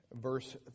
verse